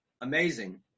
amazing